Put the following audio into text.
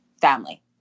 family